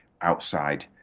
outside